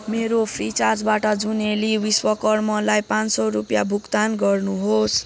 मेरो फ्रिचार्जबाट जुनेली विश्वकर्मालाई पाँच सौ रुपियाँ भुक्तान गर्नुहोस्